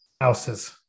Houses